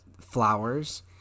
flowers